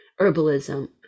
herbalism